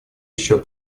еще